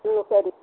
ம் சரி